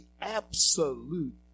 absolute